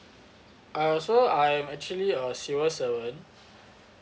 ah so I'm actually a civil servant